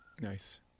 Nice